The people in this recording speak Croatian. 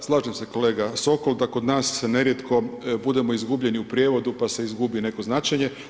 Da, slažem se kolega Sokol da kod nas nerijetko budemo izgubljeni u prijevodu pa se izgubi neko značenje.